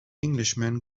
englishman